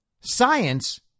Science